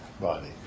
body